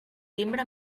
timbre